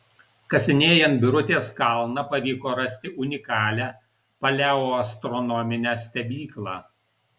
kasinėjant birutės kalną pavyko rasti unikalią paleoastronominę stebyklą